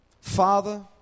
Father